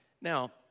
Now